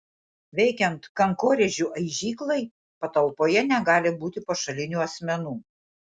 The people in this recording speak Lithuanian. veikiant kankorėžių aižyklai patalpoje negali būti pašalinių asmenų